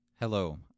Hello